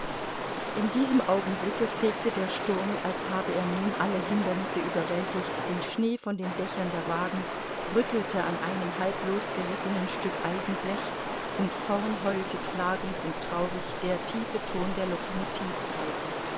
in diesem augenblicke fegte der sturm als habe er nun alle hindernisse überwältigt den schnee von den dächern der wagen rüttelte an einem halb losgerissenen stück eisenblech und vorn heulte klagend und traurig der tiefe ton der